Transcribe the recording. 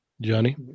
Johnny